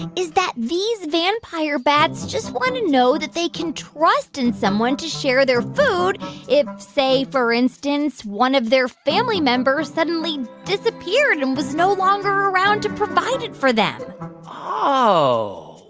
and is that these vampire bats just want to know that they can trust in someone to share their food if, say, for instance, one of their family members suddenly disappeared and was no longer around to provide it for them oh.